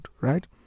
right